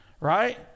right